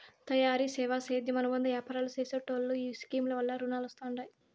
తయారీ, సేవా, సేద్యం అనుబంద యాపారాలు చేసెటోల్లో ఈ స్కీమ్ వల్ల రునాలొస్తండాయి